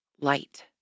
light